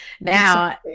Now-